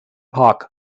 park